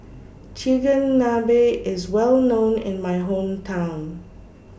Chigenabe IS Well known in My Hometown